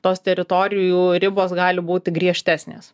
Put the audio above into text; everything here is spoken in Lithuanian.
tos teritorijų ribos gali būti griežtesnės